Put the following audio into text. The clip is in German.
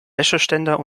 wäscheständer